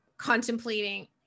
contemplating